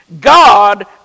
God